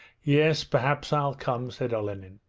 yes, perhaps i'll come said olenin.